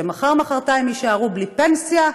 שמחר-מחרתיים יישארו בלי פנסיה,